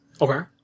Okay